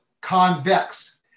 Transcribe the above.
convex